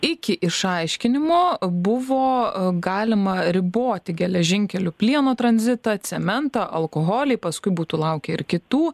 iki išaiškinimo buvo galima riboti geležinkeliu plieno tranzitą cementą alkoholį paskui būtų laukę ir kitų